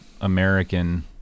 American